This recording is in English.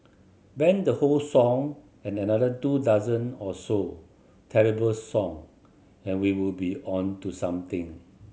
ban the whole song and another two dozen or so terrible song and we would be on to something